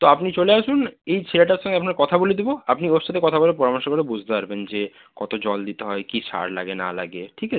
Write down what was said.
তো আপনি চলে আসুন এই ছেলেটার সঙ্গে আপনার কথা বলিয়ে দিবো আপনি ওর সাথে কথা বলে পরামর্শ করে বুঝতে পারবেন যে কত জল দিতে হয় কী সার লাগে না লাগে ঠিক আছে